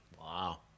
Wow